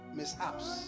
mishaps